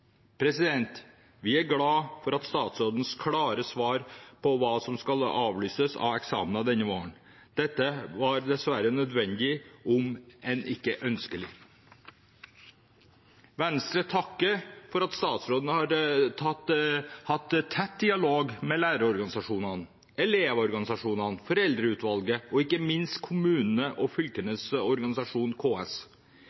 Vi er glad for statsrådens klare svar når det gjelder hva som skal avlyses av eksamener denne våren. Dette var dessverre nødvendig, om enn ikke ønskelig. Venstre takker for at statsråden har hatt tett dialog med lærerorganisasjonene, elevorganisasjonene, foreldreutvalget og ikke minst kommunene og